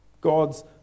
God's